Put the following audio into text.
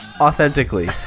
Authentically